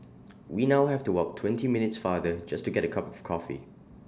we now have to walk twenty minutes farther just to get A cup of coffee